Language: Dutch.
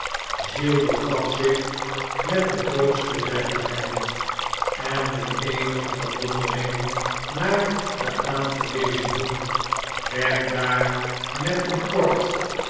giles begaf zich met de grootste deftigheid en met eenige verwondering naar den aangewezen hoek werd daar met een kort